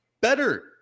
better